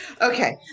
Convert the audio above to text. Okay